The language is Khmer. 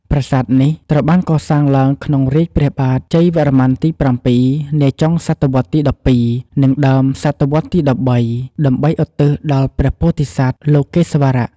ប្រាសាទនេះត្រូវបានកសាងឡើងក្នុងរាជ្យព្រះបាទជ័យវរ្ម័នទី ៧ នាចុងសតវត្សរ៍ទី ១២ និងដើមសតវត្សរ៍ទី ១៣ ដើម្បីឧទ្ទិសដល់ព្រះពោធិសត្វលោកេស្វរៈ។